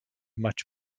much